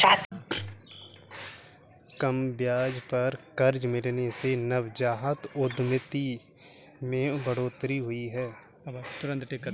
कम ब्याज पर कर्ज मिलने से नवजात उधमिता में बढ़ोतरी हुई है